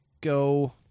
go